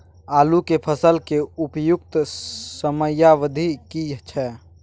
आलू के फसल के उपयुक्त समयावधि की छै?